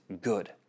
good